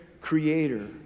creator